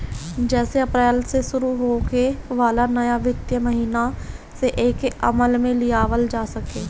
जेसे अप्रैल से शुरू होखे वाला नया वित्तीय महिना से एके अमल में लियावल जा सके